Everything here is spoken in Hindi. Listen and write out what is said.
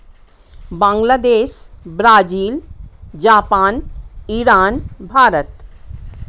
Bangladesh Brazil Japan Iran Bharat